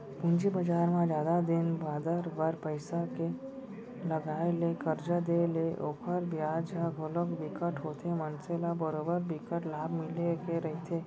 पूंजी बजार म जादा दिन बादर बर पइसा के लगाय ले करजा देय ले ओखर बियाज ह घलोक बिकट होथे मनसे ल बरोबर बिकट लाभ मिले के रहिथे